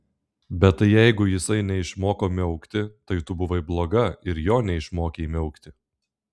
bet tai jeigu jisai neišmoko miaukti tai tu buvai bloga ir jo neišmokei miaukti